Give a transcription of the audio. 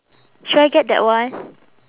should I get that one